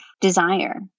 desire